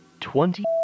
Twenty